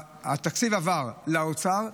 לאוצר.